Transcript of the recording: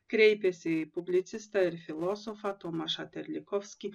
kreipėsi į publicistą ir filosofą tomašą terlikovskį